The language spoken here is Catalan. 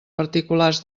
particulars